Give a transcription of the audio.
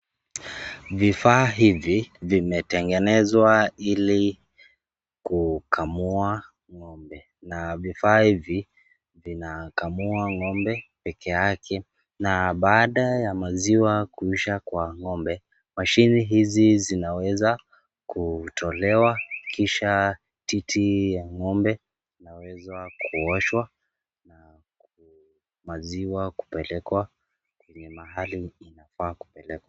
Vifaa hivi vimetengenezwa ilikukamua ngombe, na vifaa hivi vinakamua ngombe pekeyake, na baadaya ya maziwa kuisha kwa ngombe mashine hizi zinaweza kutolewa kisha titi ya ngombe, inaweza kuoshwa maziwa kupelekwa kwenye mahali inafaa kupelekwa.